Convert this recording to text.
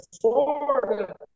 Florida